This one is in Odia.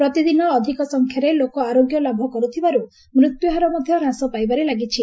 ପ୍ରତିଦିନ ଅଧିକ ସଂଖ୍ୟାରେ ଲୋକ ଆରୋଗ୍ୟ ଲାଭ କରୁଥିବାରୁ ମୃତ୍ୟୁହାର ମଧ୍ୟ ହ୍ରାସ ପାଇବାରେ ଲାଗିଛି